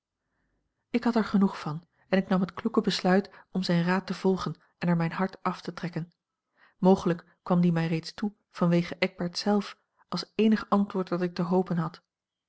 ik had er genoeg van en ik nam het kloeke besluit om zijn raad te volgen en er mijn hart af te trekken mogelijk kwam die mij reeds toe vanwege eckbert zelf als eenig antwoord dat ik te hopen had